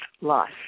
life